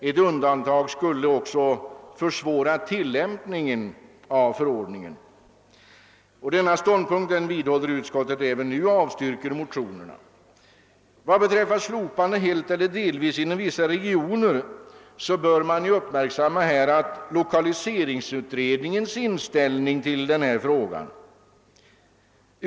Ett undantag skulle också försvåra tillämpningen av förordningen. Denna ståndpunkt vidhåller utskottet och avstyrker motionerna. Vad beträffar kravet på ett slopande av avgiften helt eller delvis inom vissa regioner bör man uppmärksamma lokaliseringsutredningens inställning till denna fråga.